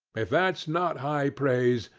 if that's not high praise,